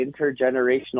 intergenerational